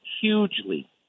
hugely